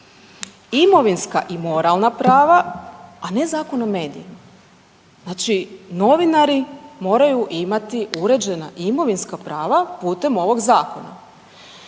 imovinska i moralna prava, a ne Zakon o medijima. Znači novinari moraju imati uređena imovinska prava putem ovog zakona.